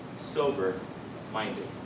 sober-minded